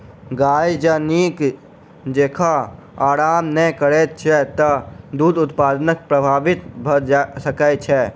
गाय जँ नीक जेँका आराम नै करैत छै त दूध उत्पादन प्रभावित भ सकैत छै